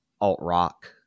alt-rock